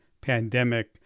pandemic